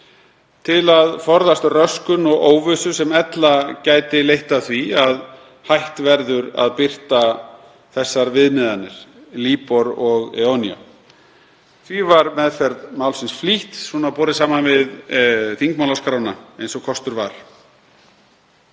til að forðast röskun og óvissu sem ella leiddi af því að hætt verður að birta þessar viðmiðanir, Libor og EONIA. Því var meðferð málsins flýtt, borið saman við þingmálaskrána, eins og kostur var.